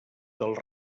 dels